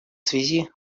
связи